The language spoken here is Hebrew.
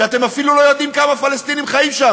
כשאתם מתפארים כמה ציונים אתם,